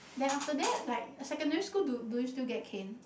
then after that like secondary school do do you still get cane